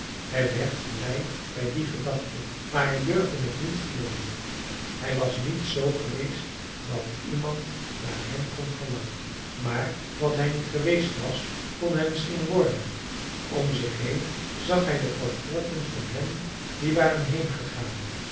hij werd blij bij die gedachte maar hij durfde het niet gelooven hij was niet zoo geweest dat iemand naar hem kon verlangen maar wat hij niet geweest was kon hij misschien worden om zich heen zag hij de portretten van hen die waren heengegaan